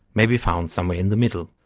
may be found somewhere in the middle.